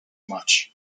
much